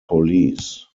police